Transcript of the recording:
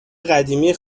قدیمی